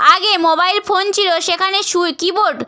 আগে mobile phone ছিল সেখানে সুই কিবোর্ড